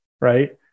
right